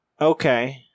okay